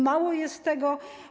Mało jest tego.